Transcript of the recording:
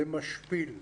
זה משפיל.